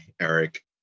Eric